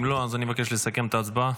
אם לא, אני מבקש לסכם את ההצבעה.